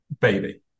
baby